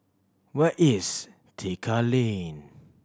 where is Tekka Lane